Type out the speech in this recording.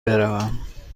بروم